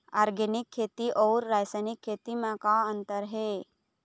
Organic खेती अउ रासायनिक खेती म का अंतर हे?